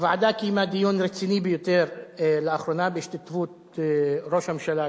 הוועדה קיימה דיון רציני ביותר לאחרונה בהשתתפות ראש הממשלה,